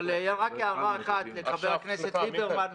אבל רק הערה אחת לחבר הכנסת ליברמן.